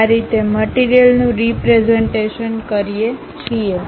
આ રીતે મટીરીયલનું રીપ્રેઝન્ટેશન કરીએ છીએ